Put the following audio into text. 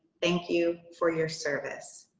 thank you for your service.